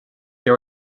they